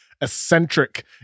eccentric